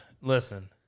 Listen